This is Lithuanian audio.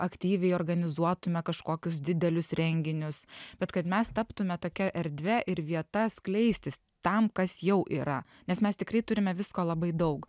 aktyviai organizuotume kažkokius didelius renginius bet kad mes taptume tokia erdve ir vieta skleistis tam kas jau yra nes mes tikrai turime visko labai daug